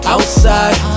Outside